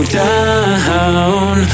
down